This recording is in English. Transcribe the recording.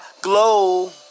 glow